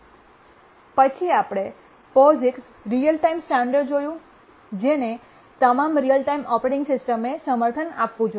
પછી આપણે POSIX real time standard જોયું જેને તમામ રીઅલ ટાઇમ ઓપરેટિંગ સિસ્ટમ એ સમર્થન આપવું જોઈએ